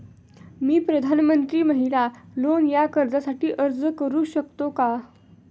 मी प्रधानमंत्री महिला लोन या कर्जासाठी अर्ज करू शकतो का?